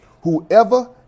Whoever